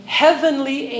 heavenly